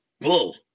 bull